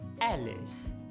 Alice